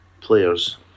players